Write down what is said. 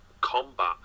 combat